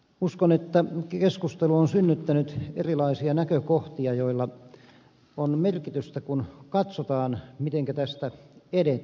uskon että keskustelu on synnyttänyt erilaisia näkökohtia joilla on merkitystä kun katsotaan mitenkä tästä edetään